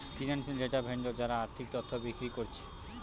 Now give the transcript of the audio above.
financial data vendor যারা আর্থিক তথ্য বিক্রি কোরছে